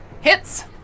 hits